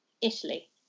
Italy